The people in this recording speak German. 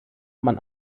man